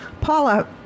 Paula